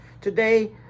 today